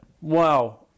Wow